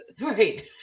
right